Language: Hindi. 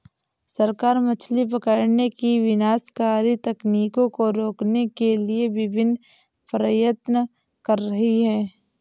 सरकार मछली पकड़ने की विनाशकारी तकनीकों को रोकने के लिए विभिन्न प्रयत्न कर रही है